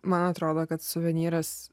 man atrodo kad suvenyras